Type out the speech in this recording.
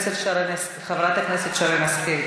חברת הכנסת שרן השכל,